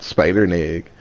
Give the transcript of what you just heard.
Spider-Nig